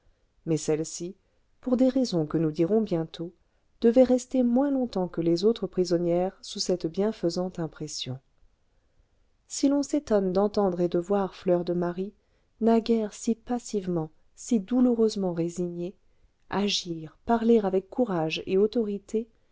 mais celle-ci pour des raisons que nous dirons bientôt devait rester moins longtemps que les autres prisonnières sous cette bienfaisante impression si l'on s'étonne d'entendre et de voir fleur de marie naguère si passivement si douloureusement résignée agir parler avec courage et autorité